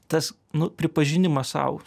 tas nu pripažinimas sau